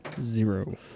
Zero